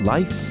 Life